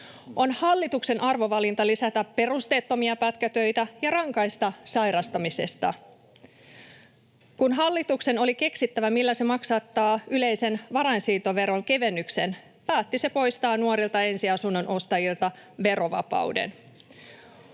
On hallituksen arvovalinta lisätä perusteettomia pätkätöitä ja rankaista sairastamisesta. Kun hallituksen oli keksittävä, millä se maksattaa yleisen varainsiirtoveron kevennyksen, päätti se poistaa nuorilta ensiasunnon ostajilta verovapauden.